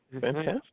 Fantastic